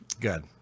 Good